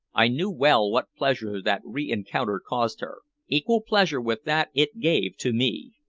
i knew well what pleasure that re-encounter caused her equal pleasure with that it gave to me.